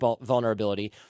vulnerability